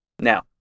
Now